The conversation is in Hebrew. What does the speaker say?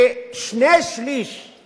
ששני-שלישים